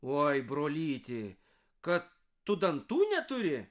oi brolyti kad tu dantų neturi